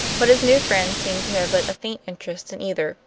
but his new friend seemed to have but a faint interest in either